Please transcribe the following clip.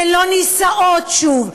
הן לא נישאות שוב,